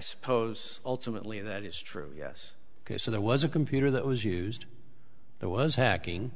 suppose ultimately that is true yes ok so there was a computer that was used there was hacking